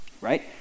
right